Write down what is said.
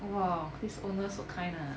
!wah! this owner so kind ah